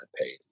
paid